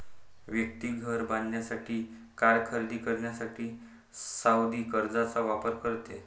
व्यक्ती घर बांधण्यासाठी, कार खरेदी करण्यासाठी सावधि कर्जचा वापर करते